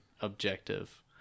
objective